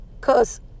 cause